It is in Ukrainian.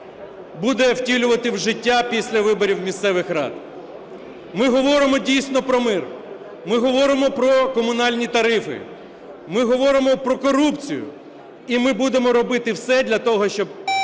буде втілювати в життя після виборів місцевих рад. Ми говоримо, дійсно, про мир, ми говоримо про комунальні тарифи, ми говоримо про корупцію, і ми будемо робити все для того, щоб